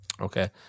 Okay